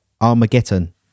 armageddon